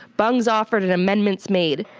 bungs offered and amendments made.